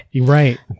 Right